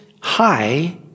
high